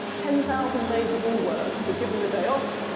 ten thousand maids-of-all-work were given the day off,